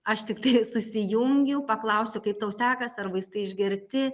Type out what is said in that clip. aš tiktai susijungiu paklausiu kaip tau sekas ar vaistai išgerti